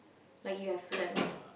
like you have learnt